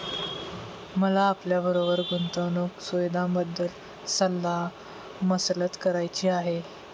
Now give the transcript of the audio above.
मला आपल्याबरोबर गुंतवणुक सुविधांबद्दल सल्ला मसलत करायची आहे